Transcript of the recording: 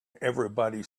everybody